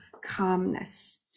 calmness